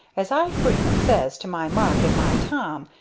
as i frequent sez to my mark and my tom,